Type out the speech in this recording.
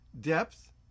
depth